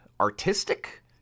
artistic